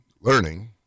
learning